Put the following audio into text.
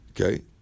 Okay